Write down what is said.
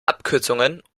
abkürzungen